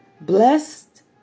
Blessed